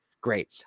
great